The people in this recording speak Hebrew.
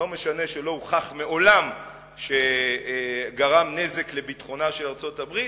לא משנה שלא הוכח מעולם שגרם נזק לביטחונה של ארצות-הברית,